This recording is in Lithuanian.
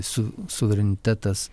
su suverenitetas